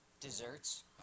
Desserts